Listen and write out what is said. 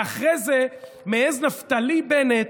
ואחרי זה מעז נפתלי בנט,